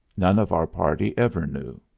none of our party ever knew.